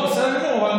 בסדר גמור.